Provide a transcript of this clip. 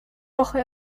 woche